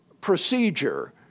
procedure